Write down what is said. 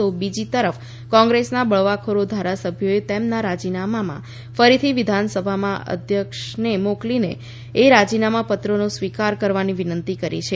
તો બીજી તરફ કોંગ્રેસના બળવાખોર ધારાસભ્યોએ તેમના રાજીનામાં ફરીથી વિધાનસભાના અધ્યક્ષને મોકલીને એ રાજીનામા પત્રનો સ્વિકાર કરવાની વિનંતી કરી છે